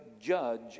judge